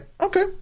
okay